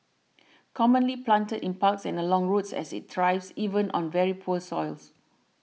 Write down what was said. commonly planted in parks and along roads as it thrives even on very poor soils